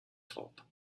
top